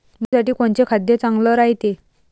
म्हशीसाठी कोनचे खाद्य चांगलं रायते?